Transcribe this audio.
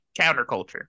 counterculture